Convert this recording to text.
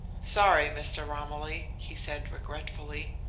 sorry, mr. romilly, he said regretfully.